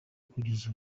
kugeza